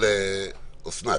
לאוסנת